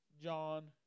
John